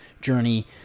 journey